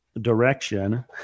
direction